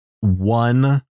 one